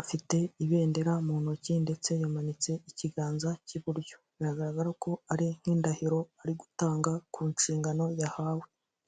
afite ibendera mu ntoki ndetse yamanitse ikiganza cy'iburyo biragaragara ko ari nk'indahiro ari gutanga ku nshingano yahawe.